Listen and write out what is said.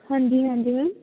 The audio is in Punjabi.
ਹਾਂਜੀ ਹਾਂਜੀ ਮੈਮ